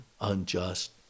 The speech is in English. unjust